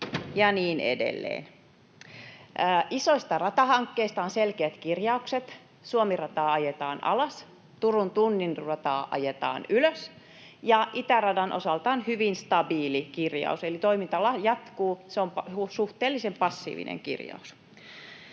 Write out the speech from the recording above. Isoista ratahankkeista on selkeät kirjaukset: Suomi-rataa ajetaan alas, Turun tunnin rataa ajetaan ylös ja itäradan osalta on hyvin stabiili kirjaus, eli toiminta jatkuu — se on suhteellisen passiivinen kirjaus.